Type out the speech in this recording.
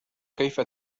كيف